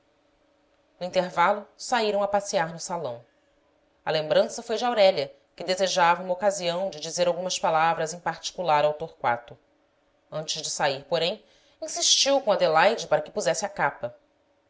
no intervalo saíram a passear no salão a lembrança foi de aurélia que desejava uma ocasião de dizer algumas palavras em particular ao torquato antes de sair porém insistiu com adelaide para que pusesse a capa